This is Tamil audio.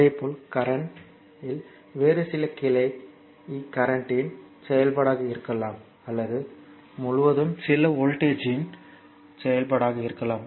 இதேபோல் கரண்ட் ல் வேறு சில கிளை கரண்ட் ன் செயல்பாடாக இருக்கலாம் அல்லது முழுவதும் சில வோல்டேஜ் யின் செயல்பாடாக இருக்கலாம்